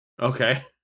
Okay